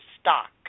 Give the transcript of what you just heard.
stock